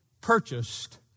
purchased